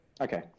okay